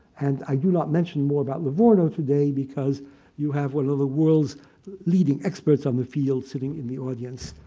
and i do not mention more about livorno today because you have one of the world's leading experts on the field sitting in the audience,